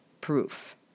proof